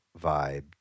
vibe